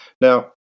Now